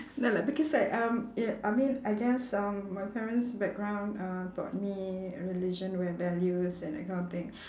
no lah because I um uh I mean I guess um my parents' background uh taught me religion and values and that kind of thing